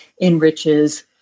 enriches